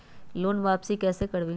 Loan वापसी कैसे करबी?